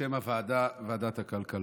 בשם הוועדה, ועדת הכלכלה.